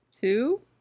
Two